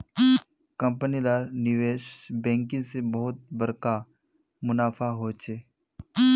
company लार निवेश banking से बहुत बड़का मुनाफा होचे